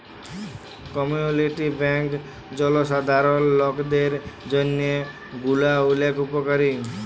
community bank জলসাধারল লকদের জন্হে গুলা ওলেক উপকারী